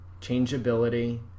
changeability